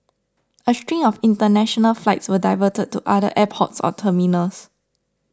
a string of international flights were diverted to other airports or terminals